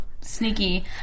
sneaky